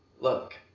Look